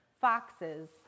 foxes